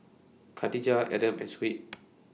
Khatijah Adam and Shuib